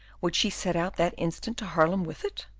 would she set out that instant to haarlem with it?